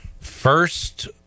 First